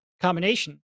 combination